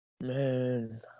Man